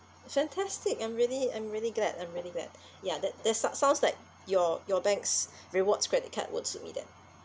fantastic I'm really I'm really glad I'm really glad ya that that's sou~ sounds like your your bank's rewards credit card will suit me then